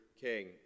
king